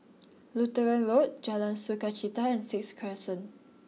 Lutheran Road Jalan Sukachita and Sixth Crescent